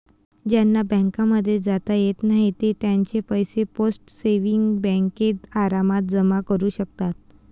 ज्यांना बँकांमध्ये जाता येत नाही ते त्यांचे पैसे पोस्ट सेविंग्स बँकेत आरामात जमा करू शकतात